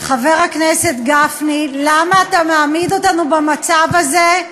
חבר הכנסת גפני, למה אתה מעמיד אותנו במצב הזה,